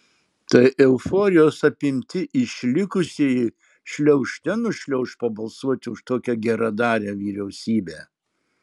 tai euforijos apimti išlikusieji šliaužte nušliauš pabalsuoti už tokią geradarę vyriausybę